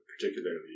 particularly